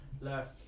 left